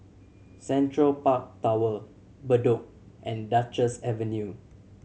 Central Park Tower Bedok and Duchess Avenue